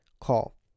call